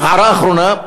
הערה אחרונה.